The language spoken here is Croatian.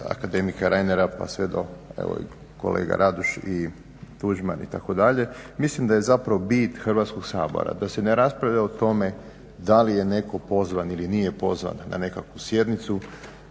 akademika Reinera pa sve do evo i kolega Radoš i Tuđman itd. Mislim da je zapravo bit Hrvatskog sabora da se ne raspravlja o tome da li je netko pozvan ili nije pozvan na nekakvu sjednicu